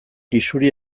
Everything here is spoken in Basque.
isuri